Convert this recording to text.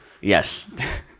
Yes